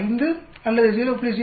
05 அல்லது 0